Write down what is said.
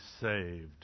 saved